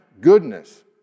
goodness